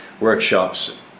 workshops